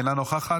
אינה נוכחת,